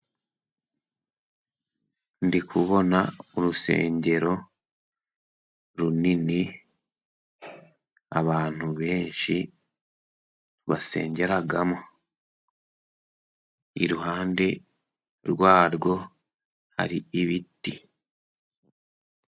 Ndi kubona urusengero runini abantu benshi basengeramo, iruhande rwarwo hari ibiti.